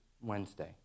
Wednesday